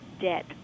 debt